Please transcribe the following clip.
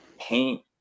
paint